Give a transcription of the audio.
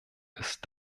ist